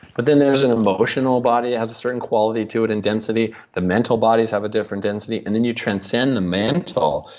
but then, there's an emotional body that has a certain quality to it and density. the mental bodies have a different density, and then you transcend the mantle,